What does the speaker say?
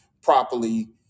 properly